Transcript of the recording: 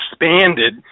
expanded